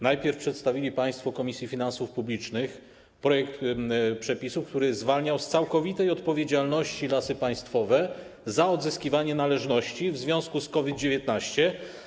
Najpierw przedstawili państwo Komisji Finansów Publicznych projekt przepisów, który zwalniał z całkowitej odpowiedzialności Lasy Państwowe za odzyskiwanie należności w związku z COVID-19.